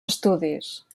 estudis